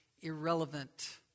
irrelevant